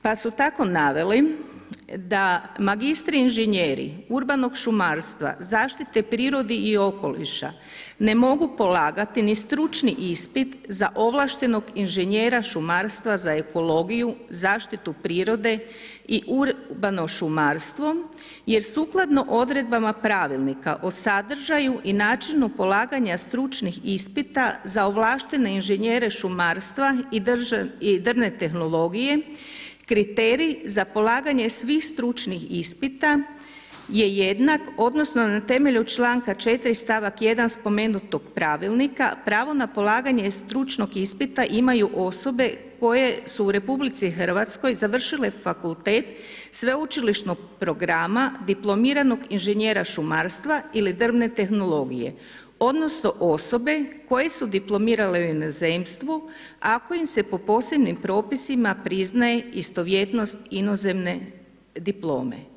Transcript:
Pa su tako naveli da magistri inženjeri urbanog šumarstva zaštite prirode i okoliša ne mogu polagati ni stručni ispit za ovlaštenog inženjera šumarstva za ekologiju, zaštitu prirode i urbano šumarstvo jer sukladno odredbama pravilnika o sadržaju i načinu polaganja stručnih ispita za ovlaštene inženjere šumarstva i drvne tehnologije, kriterij za polaganje svih stručnih ispita je jednak, odnosno na temelju članka 4., stavak 1. spomenutog pravilnika, pravo na polaganje stručnog ispita imaju osobe koje su u RH završile fakultet sveučilišnog programa diplomiranog inženjera šumarstva ili drvne tehnologije, odnosno osobe koje su diplomirale u inozemstvu ako im se po posebnim propisima priznaje istovjetnost inozemne diplome.